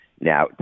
Now